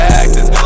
actors